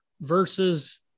versus